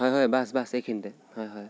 হয় হয় বচ্ বচ্ এইখিনিতে হয় হয়